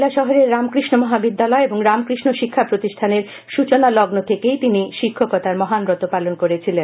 কৈলাসহরের রামকৃষ্ণ মহাবিদ্যালয় ও রামকৃষ্ণ শিক্ষা প্রতিষ্ঠানের সূচনা লগ্ন থেকেই তিনি শিক্ষকতার মহান ব্রত পালন করেছিলেন